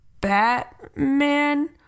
Batman